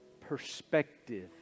perspective